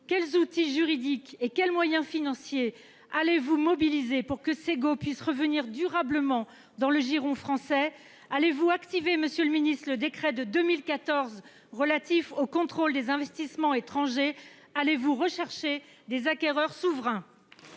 Quels outils juridiques et quels moyens financiers allez-vous mobiliser pour que Segault revienne durablement dans le giron français ? Allez-vous activer, monsieur le ministre, le décret de 2014 relatif au contrôle des investissements étrangers ? Allez-vous chercher des acquéreurs nationaux ?